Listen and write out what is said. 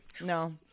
No